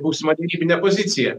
būsimą gynybinę poziciją